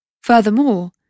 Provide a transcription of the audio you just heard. Furthermore